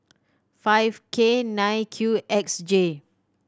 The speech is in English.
five K nine Q X J